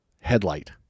headlight